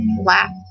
laugh